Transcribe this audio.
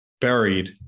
buried